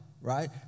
right